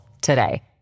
today